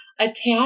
attach